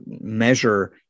measure